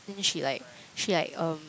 and then she like she like um